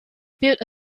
build